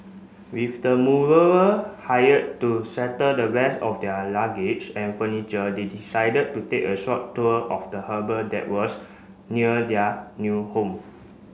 with the mover hired to settle the rest of their luggage and furniture they decided to take a short tour of the harbour that was near their new home